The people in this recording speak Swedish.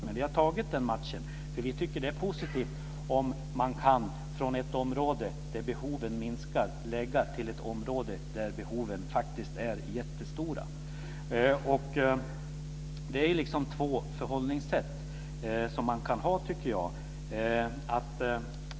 Men vi har tagit den matchen, för vi tycker att det är positivt om man kan lägga över resurser från ett område där behoven minskar till ett område där behoven faktiskt är jättestora. Det är två förhållningssätt som man kan ha, tycker jag.